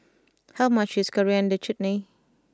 how much is Coriander Chutney